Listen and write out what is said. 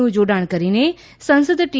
નું જોડાણ કરી સંસદ ટી